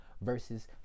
Versus